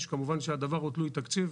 2025. כמובן שהדבר הוא תלוי תקציב,